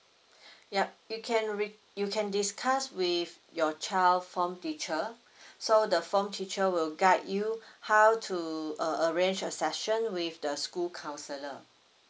yup you can re~ you can discuss with your child form teacher so the form teacher will guide you how to uh arrange a session with the school counsellor